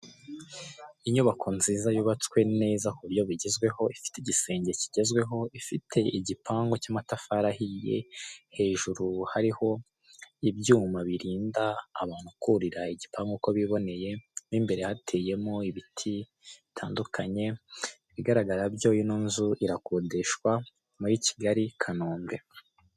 Inyubako nziza yubatswe neza ku buryo bugezweho, ifite igisenge kigezweho, ifite igipangu cy'amatafari ahiye, hejuru hariho ibyuma birinda abantu kurira igipangu uko biboneye, mw' imbere hateyemo ibiti bitandukanye. Ikigaragara byo ino nzu irakodeshwa, muri Kigali, Kanombe.